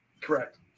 Correct